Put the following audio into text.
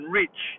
rich